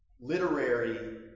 literary